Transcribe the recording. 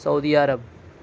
Saudi Arab